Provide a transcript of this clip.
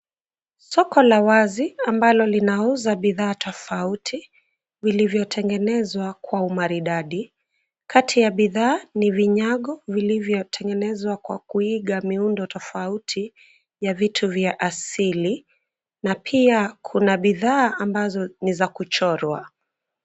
Soko la wazi ambalo linauza bidhaa tofauti vilivyotengenezwa kwa umaridadi. Kati ya bidhaa ni vinyago vilivyotengenezwa kwa kuiga miundo tofauti ya vitu vya asili na pia kuna bidhaa ambazo ni za kuchorwa.